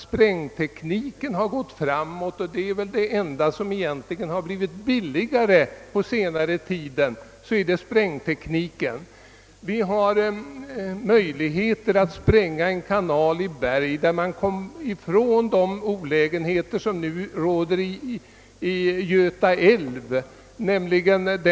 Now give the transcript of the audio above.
Denna är väl det enda som på senare tid har förbilligat kostnaderna för kanalarbetena. Genom =<:att spränga en kanal i berg, kommer man ifrån de olägenheter som nu råder i Göta älv.